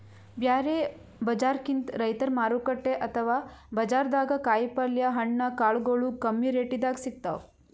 ಬ್ಯಾರೆ ಬಜಾರ್ಕಿಂತ್ ರೈತರ್ ಮಾರುಕಟ್ಟೆ ಅಥವಾ ಬಜಾರ್ದಾಗ ಕಾಯಿಪಲ್ಯ ಹಣ್ಣ ಕಾಳಗೊಳು ಕಮ್ಮಿ ರೆಟೆದಾಗ್ ಸಿಗ್ತಾವ್